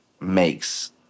makes